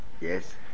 Yes